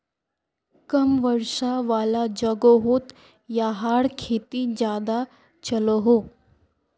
कम वर्षा वाला जोगोहोत याहार खेती ज्यादा चलोहो